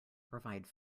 provide